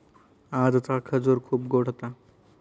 आजचा खजूर खूप गोड होता